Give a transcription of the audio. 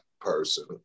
person